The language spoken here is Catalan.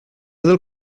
del